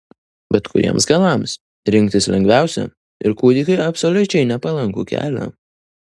bet kuriems galams rinktis lengviausia ir kūdikiui absoliučiai nepalankų kelią